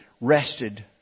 rested